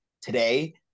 Today